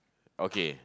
okay